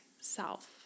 self